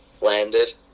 landed